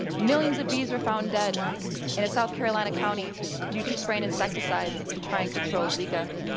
millions of bees were found dead in a south carolina county due to spraying insecticide to try and control zika.